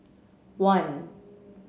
one